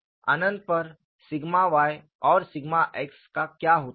और अनंत पर सिग्मा y और सिग्मा x का क्या होता है